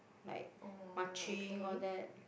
like marching all that